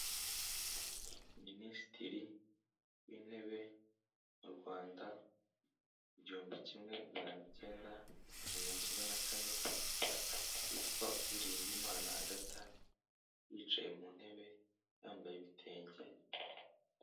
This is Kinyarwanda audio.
Minisitiri w'Intebe mu Rwanda, igihumbi kimwe mahana acyenda mirongo icyenda na kane witwa Uwiriningimana Agatha yicaye mu ntebe yambaye ibitenge.